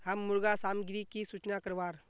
हम मुर्गा सामग्री की सूचना करवार?